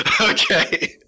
okay